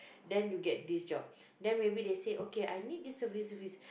then you get this job then maybe they say okay I need this service service